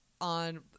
on